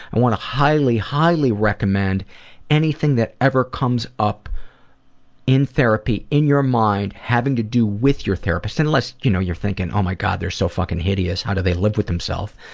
i want to highly, highly recommend anything that ever comes up in therapy, in your mind, having to do with your therapist, unless you know you're thinking, oh my god, you're so fucking hideous. how do they live with themselves',